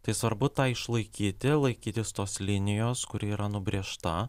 tai svarbu tą išlaikyti laikytis tos linijos kuri yra nubrėžta